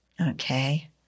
Okay